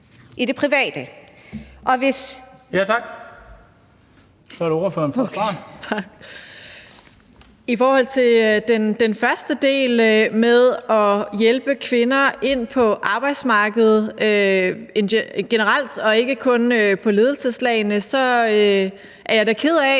I forhold til den første del med at hjælpe kvinder ind på arbejdsmarkedet generelt, og ikke kun i ledelseslagene, er jeg da ked af,